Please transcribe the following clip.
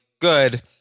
good